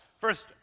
First